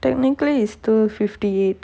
technically is two fifty eight